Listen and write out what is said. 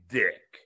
dick